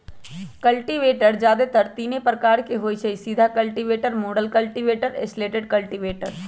cultivator जादेतर तीने प्रकार के होई छई, सीधा कल्टिवेटर, मुरल कल्टिवेटर, स्लैटेड कल्टिवेटर